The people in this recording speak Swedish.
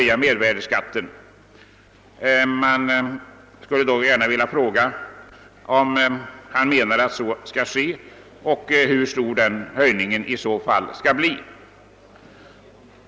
Jag vill nu fråga om finansministern menar att så skall ske och hur stor den höjningen i så fall blir.